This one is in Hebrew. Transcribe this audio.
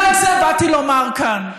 לא את זה באתי לומר כאן.